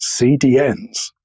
CDNs